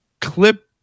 clip